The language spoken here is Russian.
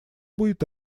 будет